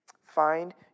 Find